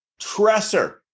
Tresser